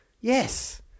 Yes